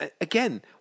again